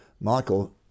Michael